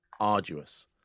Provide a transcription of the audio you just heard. arduous